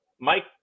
mike